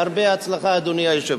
הרבה הצלחה, אדוני היושב-ראש.